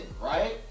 right